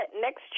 next